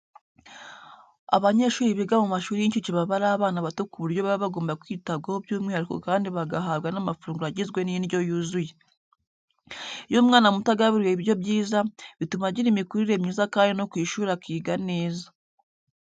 Abanyeshuri biga mu mashuri y'inshuke baba ari abana bato ku buryo baba bagomba kwitabwaho by'umwihariko kandi bagahabwa n'amafunguro agizwe n'indyo yuzuye. Iyo umwana muto agaburiwe ibiryo byiza, bituma agira imikurire myiza kandi no ku ishuri akiga neza.